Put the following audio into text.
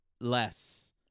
less